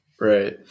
Right